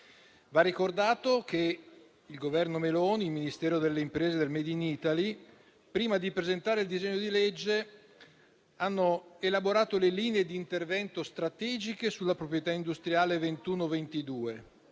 Va ricordato che il Governo Meloni e il Ministero delle imprese e del *made in* *Italy*, prima di presentare il disegno di legge, hanno elaborato le linee di intervento strategiche sulla proprietà industriale 2021-2022;